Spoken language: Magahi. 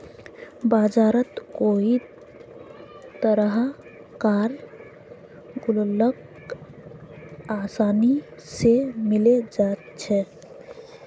बजारत कई तरह कार गुल्लक आसानी से मिले जा छे